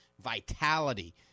vitality